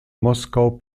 moskau